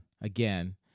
again